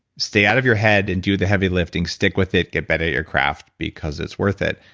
stay out of your head and do the heavy lifting. stick with it. get better at your craft because it's worth it.